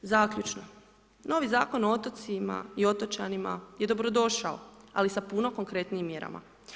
Zaključno, novi Zakon o otocima i otočanima je dobrodošao, ali sa puno konkretnijim mjerama.